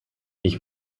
ich